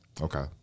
Okay